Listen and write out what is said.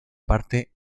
parte